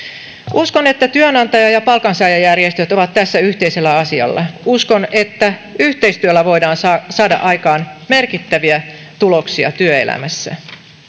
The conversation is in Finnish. uskon että työnantaja ja ja palkansaajajärjestöt ovat tässä yhteisellä asialla uskon että yhteistyöllä voidaan saada saada aikaan merkittäviä tuloksia työelämässä kun